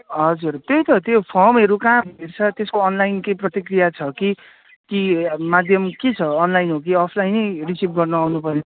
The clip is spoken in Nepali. हजुर त्यही त त्यो फर्महरू कहाँ भेट्छ त्यसको अनलाइन के प्रतिक्रिया छ कि कि माध्यम के छ अनलाइन हो कि अफलाइनै रिसिभ गर्नु आउनु पर्ने